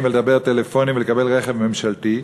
ולדבר בטלפונים ולקבל רכב ממשלתי.